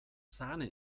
sahne